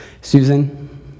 Susan